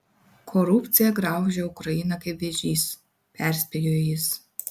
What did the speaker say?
korupcija graužia ukrainą kaip vėžys perspėjo jis